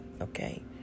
Okay